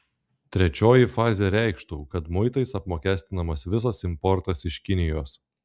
trečioji fazė reikštų kad muitais apmokestinamas visas importas iš kinijos